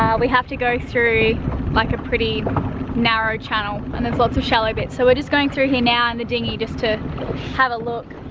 we have to go through like a pretty narrow channel, and there's lots of shallow bits. so we're just going through here now in the dinghy, just to have a look.